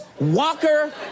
Walker